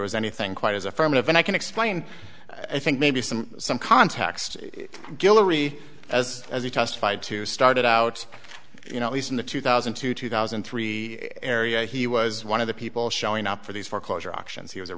was anything quite as affirmative and i can explain i think maybe some some context guillory as as he testified to started out you know at least in the two thousand to two thousand and three area he was one of the people showing up for these foreclosure auctions he was a